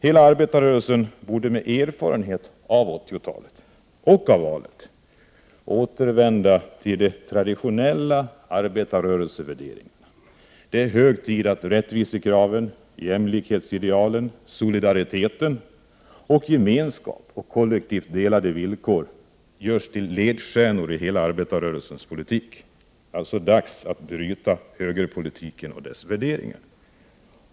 Hela arbetarrörelsen borde med erfarenhet av 80-talet — och av valet — återvända till de traditionella arbetarrörelsevärderingarna. Det är hög tid att rättvisekraven, jämlikhetsidealen, solidariteten och gemenskap och kollektivt delade villkor görs till ledstjärnor i hela arbetarrörelsens politik. Det är dags att bryta högerpolitiken och dess värderingar.